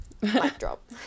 Backdrop